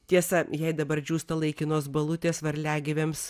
tiesa jei dabar džiūsta laikinos balutės varliagyviams